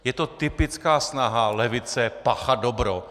Je to typická snaha levice páchat dobro.